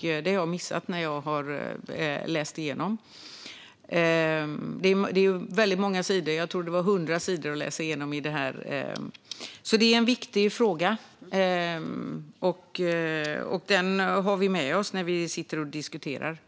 Det har jag missat när jag har läst igenom detta. Det var väldigt många sidor; jag tror att det var 100 sidor att läsa. Detta är en viktig fråga, och den har vi med oss när vi sitter och diskuterar.